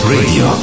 Radio